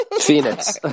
Phoenix